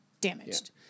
damaged